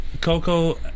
Coco